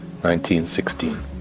1916